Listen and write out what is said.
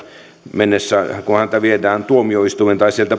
mennessä kun häntä viedään tuomioistuimeen tai sieltä